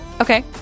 Okay